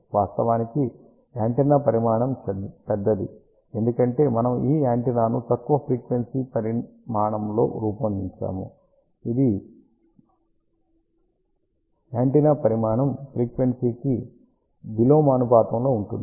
వాస్తవానికి యాంటెన్నా పరిమాణం పెద్దది ఎందుకంటే మనము ఈ యాంటెన్నాను తక్కువ ఫ్రీక్వెన్సీ పరిమాణంలో రూపొందించాము ఇది యాంటెన్నా పరిమాణం ఫ్రీక్వెన్సీకి విలోమానుపాతంలో ఉంటుంది